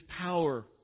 power